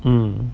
um